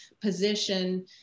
position